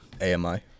A-M-I